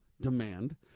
demand